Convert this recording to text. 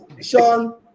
Sean